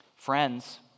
Friends